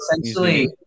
essentially